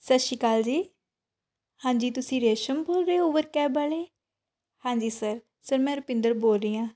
ਸਤਿ ਸ਼੍ਰੀ ਅਕਾਲ ਜੀ ਹਾਂਜੀ ਤੁਸੀਂ ਰੇਸ਼ਮ ਬੋਲ ਰਹੇ ਓਵਰ ਕੈਬ ਵਾਲੇ ਹਾਂਜੀ ਸਰ ਸਰ ਮੈਂ ਰੁਪਿੰਦਰ ਬੋਲ ਰਹੀ ਹਾਂ